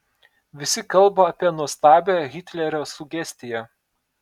visi kalba apie nuostabią hitlerio sugestiją